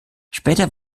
später